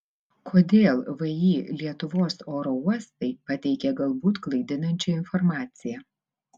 kodėl vį lietuvos oro uostai pateikė galbūt klaidinančią informaciją